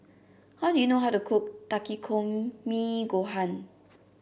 how do you know how to cook Takikomi Gohan